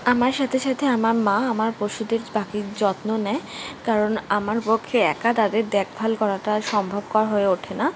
আমার সাথে সাথে আমার মা আমার পশুদের পাখির যত্ন নেয় কারণ আমার পক্ষে একা তাদের দেখভাল করাটা সম্ভবপর হয়ে ওঠে না